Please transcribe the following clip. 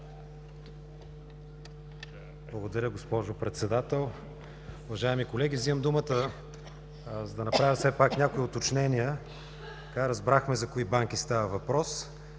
Благодаря, госпожо Председател! Уважаеми колеги, взимам думата, за да направя все пак някои уточнения. Разбрахме за кои банки става въпрос.